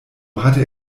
hatte